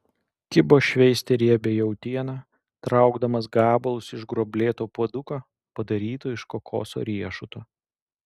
kibo šveisti riebią jautieną traukdamas gabalus iš gruoblėto puoduko padaryto iš kokoso riešuto